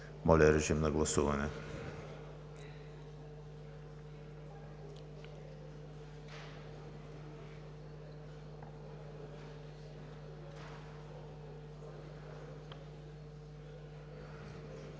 Моля, режим на гласуване.